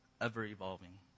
ever-evolving